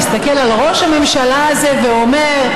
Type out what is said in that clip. מסתכל על ראש הממשלה הזה ואומר: